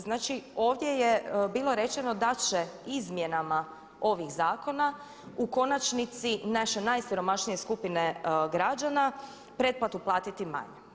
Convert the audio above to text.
Znači ovdje je bilo rečeno da će izmjenama ovih zakona u konačnici naše najsiromašnije skupine građana pretplatu platiti manje.